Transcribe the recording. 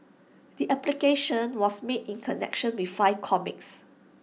the application was made in connection with five comics